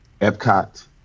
Epcot